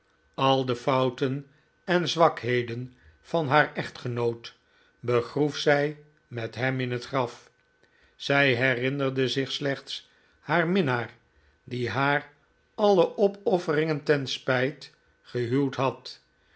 al de fouten en zwakheden van haar echtgenoot begroef zij met hem in het graf zij herinnerde zich slechts haar minnaar die haar alle opofferingen ten spijt gehuwd had